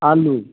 आलू